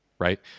right